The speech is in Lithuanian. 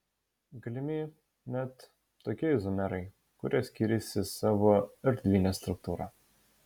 galimi net tokie izomerai kurie skiriasi savo erdvine struktūra